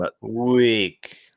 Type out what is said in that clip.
week